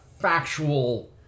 factual